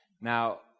Now